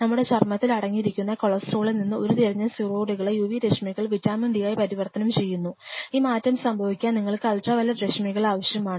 നമ്മുടെ ചർമ്മത്തിൽ അടങ്ങിയിരിക്കുന്ന കൊളസ്ട്രോളിൽ നിന്ന് ഉരുത്തിരിഞ്ഞ സ്റ്റിറോയിഡുകളെ UV രശ്മികൾ വിറ്റാമിൻ D യായി പരിവർത്തനം ചെയ്യുന്നു ഈ മാറ്റം സംഭവിക്കാൻ നിങ്ങൾക്ക് അൾട്രാവയലറ്റ് രശ്മികൾ ആവശ്യമാണ്